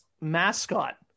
mascot